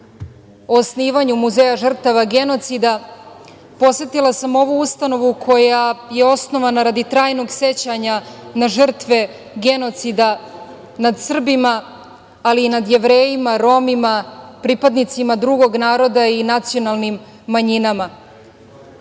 osnivanju Muzeja žrtava genocida, posetila sam ovu ustanovu koja je osnovana radi trajnog sećanja na žrtve genocida nad Srbima, ali i nad Jevrejima, Romima, pripadnicima drugog naroda i nacionalnim manjinama.